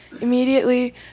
Immediately